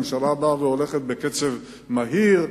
ממשלה באה והולכת בקצב מהיר.